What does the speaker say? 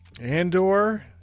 Andor